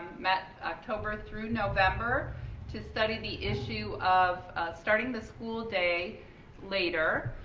met october through november to study the issue of starting the school day later.